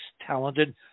talented